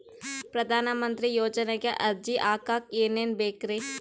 ಪ್ರಧಾನಮಂತ್ರಿ ಯೋಜನೆಗೆ ಅರ್ಜಿ ಹಾಕಕ್ ಏನೇನ್ ಬೇಕ್ರಿ?